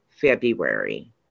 February